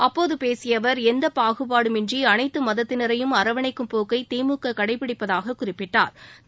அப்போதபேசியஅவர் எந்தபாகுபாடுமின்றிஅனைத்தமதத்தினரையும் அரவணைக்கும் போக்கைதிமுககடைபிடிப்பதாகக் குறிப்பிட்டாா்